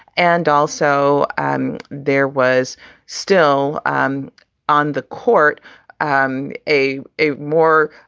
and also um there was still um on the court um a a more